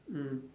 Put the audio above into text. mm